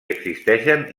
existeixen